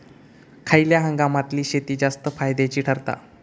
खयल्या हंगामातली शेती जास्त फायद्याची ठरता?